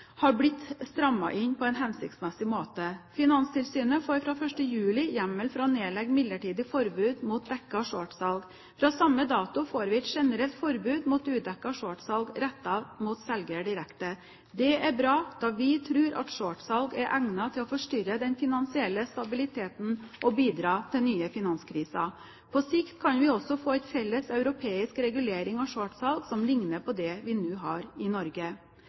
har blitt strammet inn på en hensiktsmessig måte. Finanstilsynet får fra 1. juli hjemmel for å nedlegge midlertidig forbud mot dekket shortsalg. Fra samme dato får vi et generelt forbud mot udekket shortsalg rettet mot selger direkte. Det er bra, da vi tror at shortsalg er egnet til å forstyrre den finansielle stabiliteten og bidra til nye finanskriser. På sikt kan vi også få en felles europeisk regulering av shortsalg som ligner på det vi nå har i Norge.